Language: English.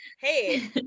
hey